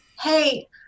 Hey